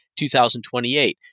2028